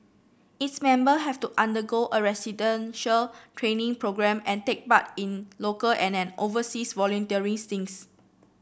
its member have to undergo a residential training programme and take part in local and an overseas volunteering stints